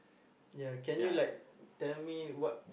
ya can you like tell me what